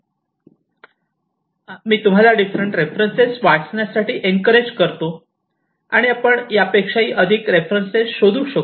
म्हणूनच मी तुम्हाला डिफरंट रेफरन्सेस वाचण्यासाठी एनकरेज करतो आणि आपण यापेक्षाही अधिक रेफरन्स शोधु शकू